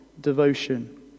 devotion